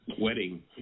wedding